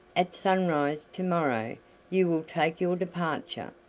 at sunrise to-morrow you will take your departure.